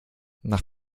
nach